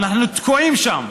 ואנחנו תקועים שם.